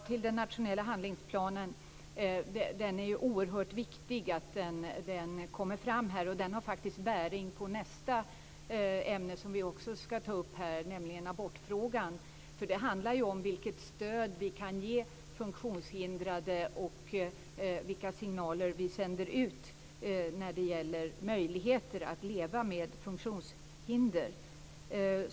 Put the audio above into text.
Fru talman! Det är oerhört viktigt att den nationella handlingsplanen kommer fram. Den har faktiskt bäring på nästa ämne, nämligen abortfrågan, för det handlar ju om vilket stöd vi kan ge funktionshindrade och vilka signaler vi sänder ut när det gäller möjligheter att leva med funktionshinder.